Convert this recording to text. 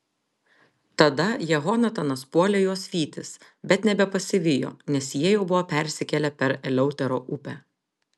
tada jehonatanas puolė juos vytis bet nebepasivijo nes jie jau buvo persikėlę per eleutero upę